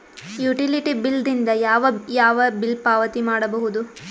Utility bill ದಿಂದ ಯಾವ ಯಾವ ಬಿಲ್ ಪಾವತಿ ಮಾಡಬಹುದು?